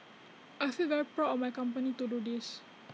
I feel very proud of my company to do this